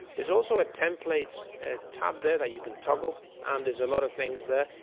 there's also a templates ah tab there that you can toggle and there's a lot of things there.